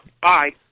Bye